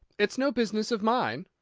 it's no business of mine.